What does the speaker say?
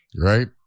right